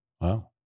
Wow